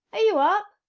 are you up?